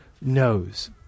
knows